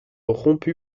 rompue